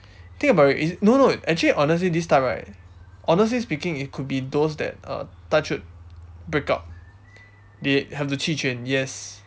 think about it's no no actually honestly this type right honestly speaking it could be those that uh touch wood breakup they have to 弃权 yes